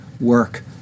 work